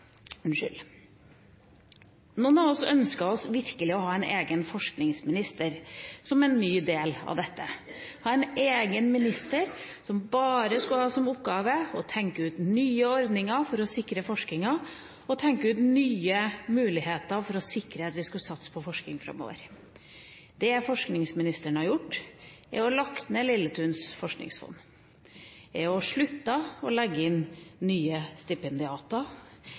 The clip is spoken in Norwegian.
oss ønsker virkelig å ha en egen forskningsminister som en ny del av dette, ha en egen minister som bare skal ha som oppgave å tenke ut nye ordninger for å sikre forskninga og tenke ut nye muligheter for å sikre at vi skal satse på forskning framover. Det forskningsministeren har gjort, er å legge ned Jon Lilletuns forskningsfond, slutte å legge inn nye